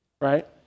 Right